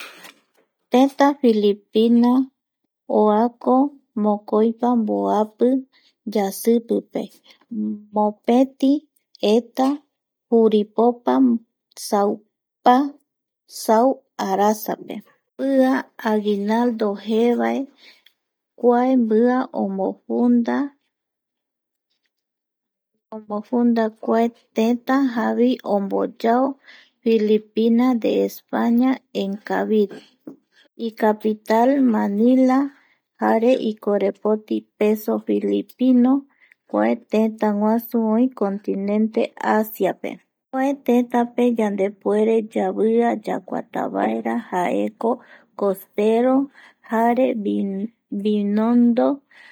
Tëtä Filipina oako mokoipa mboapi yasipipe mopeti eta juripopa, saupa sau arasape mbia Aguinaldo jeevae kua mbia omofunda omofunda kua tëtä jaema omboyao Filipina de España Encabil, icapuital manila jare ikorepoti peso filipino Kua tëtäguasu oï continente Asiape, kua tëtäpe yandepuere yaguata vaera jae ko costero jare vinondo